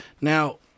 Now